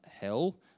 hell